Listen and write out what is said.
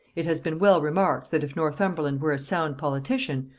it has been well remarked, that if northumberland were a sound politician,